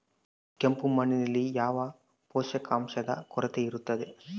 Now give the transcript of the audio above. ಕೆಂಪು ಮಣ್ಣಿನಲ್ಲಿ ಯಾವ ಪೋಷಕಾಂಶದ ಕೊರತೆ ಇರುತ್ತದೆ?